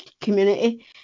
community